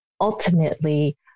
ultimately